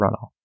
runoff